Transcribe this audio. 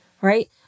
right